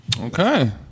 Okay